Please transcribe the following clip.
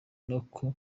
nako